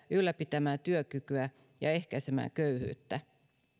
ylläpitämään työkykyä ja ehkäisemään köyhyyttä